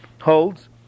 holds